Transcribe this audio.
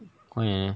快点 leh